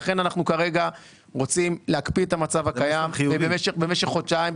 לכן אנחנו כרגע רוצים להקפיא את המצב הקיים למשך חודשיים